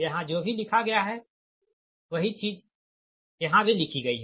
यहाँ जो भी लिखा गया है वही चीज यहाँ लिखी गई है